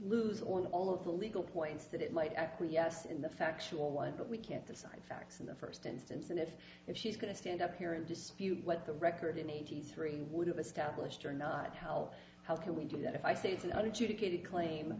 lose or all of the legal points that it might acquiesce in the factual and that we can't assign facts in the first instance and if if she's going to stand up here and dispute what the record in eighty three would have established or not hell how can we do that if i say